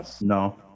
no